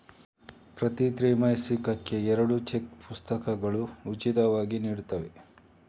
ಪ್ರತಿ ತ್ರೈಮಾಸಿಕಕ್ಕೆ ಎರಡು ಚೆಕ್ ಪುಸ್ತಕಗಳು ಉಚಿತವಾಗಿ ನೀಡುತ್ತವೆ